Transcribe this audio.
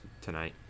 tonight